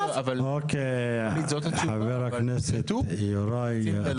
חבר הכנסת יוראי להב,